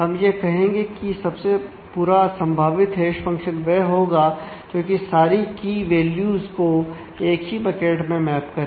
हम यह कहेंगे कि सबसे बुरा संभावित हैश फंक्शन वह होगा जोकि सारी की वैल्यूज करें